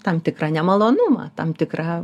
tam tikrą nemalonumą tam tikrą